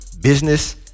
business